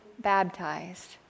baptized